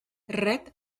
red